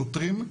שוטרים,